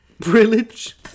Privilege